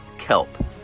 Kelp